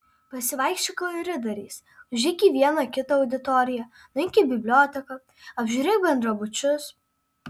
pasivaikščiok koridoriais užeik į vieną kitą auditoriją nueik į biblioteką apžiūrėk bendrabučius